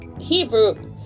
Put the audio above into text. Hebrew